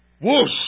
whoosh